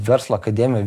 verslo akademijoj